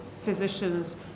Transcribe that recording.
physicians